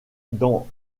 dans